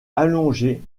allongé